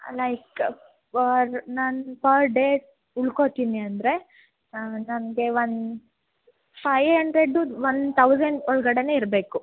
like for ನಾನು per day ಉಳ್ಕೋತೀನಿ ಅಂದರೆ ನನಗೆ one five hundred one thousand ಒಳ್ಗಡೇ ಇರಬೇಕು